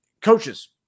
coaches